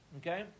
okay